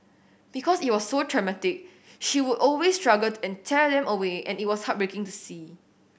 because it was so traumatic she would always struggle and tear them away and it was heartbreaking to see